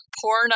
porn